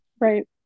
right